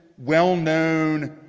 well-known,